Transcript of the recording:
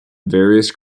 various